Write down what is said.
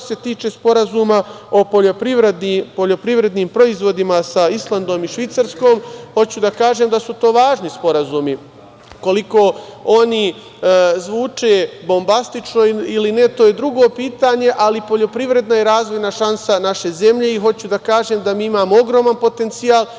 se tiče Sporazuma o poljoprivrednim proizvodima sa Islandom i Švajcarskom, hoću da kažem da su to važni sporazumi. Koliko oni zvuče bombastično ili ne, to je drugo pitanje, ali poljoprivreda je razvojna šansa naše zemlje. Hoću da kažem da mi imamo ogroman potencijal